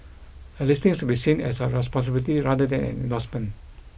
a listing should be seen as a responsibility rather than an endorsement